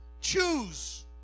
choose